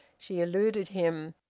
she eluded him.